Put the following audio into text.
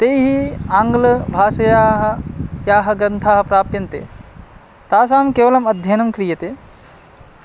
तैः आङ्ग्लभाषायाः ये ग्रन्थाः प्राप्यन्ते तासां केवलम् अध्ययनं क्रियते